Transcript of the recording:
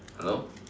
hello